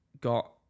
got